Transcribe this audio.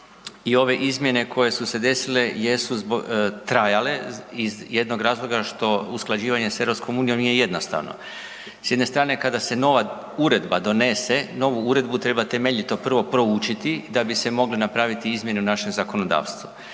i ove izmjene koje su se desile jesu trajale iz jednog razloga što usklađivanje sa EU-om nije jednostavno. S jedne strane kada se nova uredba donese, novu uredbu treba temeljito prvo proučiti da bi se mogle napraviti izmjene u našem zakonodavstvu.